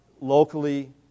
locally